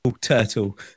turtle